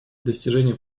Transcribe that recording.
достижение